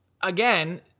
again